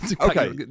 Okay